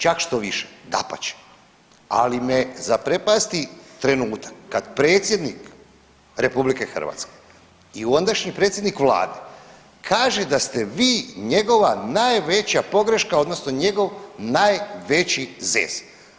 Čak štoviše, dapače, ali me zaprepasti trenutak kad predsjednik RH i ondašnji predsjednik Vlade kaže da ste vi njegova najveća pogreška odnosno njegov najveći zez.